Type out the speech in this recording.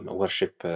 worship